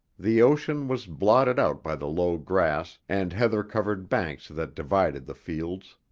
the ocean was blotted out by the low grass and heather-covered banks that divided the fields.